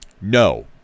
No